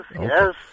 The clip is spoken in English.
Yes